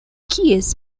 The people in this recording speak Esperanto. kies